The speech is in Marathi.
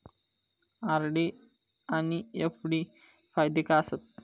आर.डी आनि एफ.डी फायदे काय आसात?